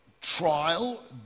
trial